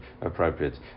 appropriate